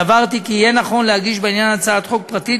סברתי כי יהיה נכון להגיש בעניין הצעת חוק פרטית